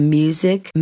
music